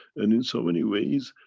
and, in so many ways,